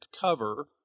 cover